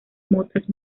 motas